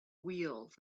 wheels